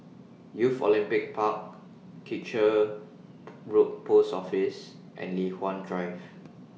Youth Olympic Park Kitchener Road Post Office and Li Hwan Drive